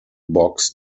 box